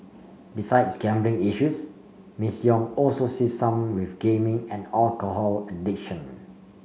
besides gambling issues Miss Yong also sees some with gaming and alcohol addiction